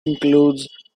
includes